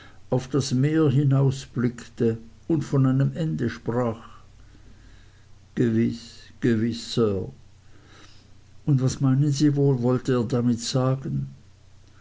auf das meer hinausblickte und von einem ende sprach gewiß gewiß sir was meinen sie wohl wollte er damit sagen